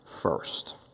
First